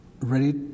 ready